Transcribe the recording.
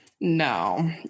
No